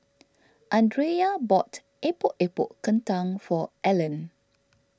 andrea bought Epok Epok Kentang for Allen